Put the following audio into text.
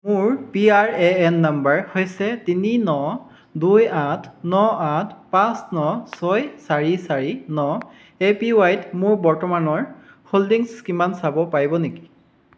মোৰ P R A N number হৈছে তিনি ন দুই আঠ ন আঠ পাঁচ ন ছয় চাৰি চাৰি ন এ পি ৱাই ত মোৰ বৰ্তমানৰ হোল্ডিংছ কিমান চাব পাৰিব নেকি